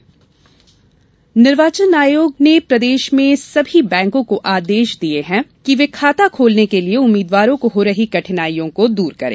उम्मीद्वार बैंक खाता निर्वाचन आयोग ने प्रदेश में सभी बैंकों को आदेश दिये हैं कि वे खाता खोलने के लिये उम्मीदवारों को हो रही कठिनाईयों को दूर करें